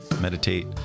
meditate